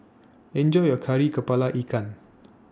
Enjoy your Kari Kepala Ikan